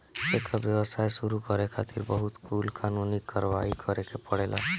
एकर व्यवसाय शुरू करे खातिर बहुत कुल कानूनी कारवाही करे के पड़ेला